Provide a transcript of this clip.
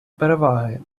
переваги